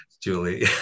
Julie